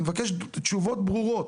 אני מבקש תשובות ברורות.